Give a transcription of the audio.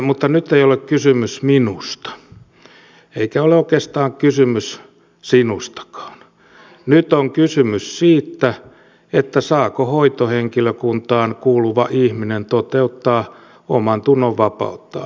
mutta nyt ei ole kysymys minusta eikä ole oikeastaan kysymys sinustakaan nyt on kysymys siitä saako hoitohenkilökuntaan kuuluva ihminen toteuttaa omantunnonvapauttaan